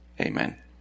Amen